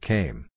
Came